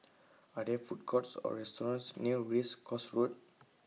Are There Food Courts Or restaurants near Race Course Road